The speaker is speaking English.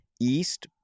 east